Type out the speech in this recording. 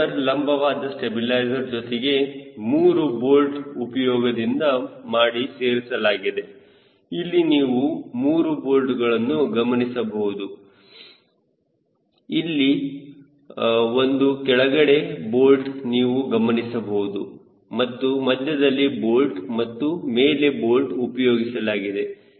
ಈ ರಡ್ಡರ್ ಲಂಬವಾದ ಸ್ಟಬಿಲೈಜರ್ ಜೊತೆಗೆ 3 ಚಿಲಿಕಗಳ ಉಪಯೋಗ ಮಾಡಿ ಸೇರಿಸಲಾಗಿದೆ ಇಲ್ಲಿ ನೀವು 3 ಚಿಲಿಕಗಳನ್ನು ಗಮನಿಸಬಹುದು ಇಲ್ಲಿ ಒಂದು ಕೆಳಗಡೆ ಬೋಲ್ಟ್ ನೀವು ಗಮನಿಸಬಹುದು ಮತ್ತು ಮಧ್ಯದಲ್ಲಿ ಬೋಲ್ಟ್ ಹಾಗೂ ಮೇಲೆ ಬೋಲ್ಟ್ ಉಪಯೋಗಿಸಲಾಗಿದೆ